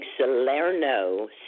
Salerno